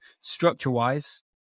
structure-wise